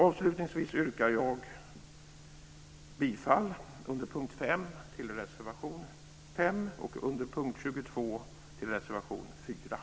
Avslutningsvis yrkar jag bifall till reservation 5